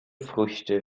früchte